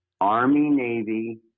Army-Navy